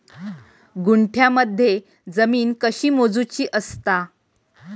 गुंठयामध्ये जमीन कशी मोजूची असता?